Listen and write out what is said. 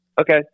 Okay